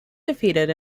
defeated